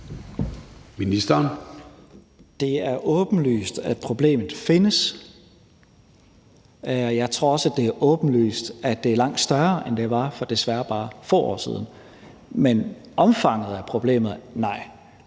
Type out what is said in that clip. Det er åbenlyst, at problemet findes, og jeg tror også, at det er åbenlyst, at det desværre er langt større, end det var for bare få år siden. Men i forhold til omfanget af problemet: Nej.